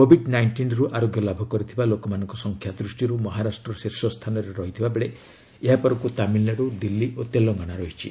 Covid ନାଇଷ୍ଟିନ୍ରୁ ଆରୋଗ୍ୟ ଲାଭ କରିଥିବା ଲୋକମାନଙ୍କ ସଂଖ୍ୟା ଦୃଷ୍ଟିରୁ ମହାରାଷ୍ଟ୍ର ଶୀର୍ଷ ସ୍ଥାନରେ ରହିଥିବା ବେଳେ ଏହା ପରକୁ ତାମିଲନାଡୁ ଦିଲ୍ଲୀ ଓ ତେଲଙ୍ଗନା ରହିଛି